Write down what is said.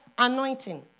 Anointing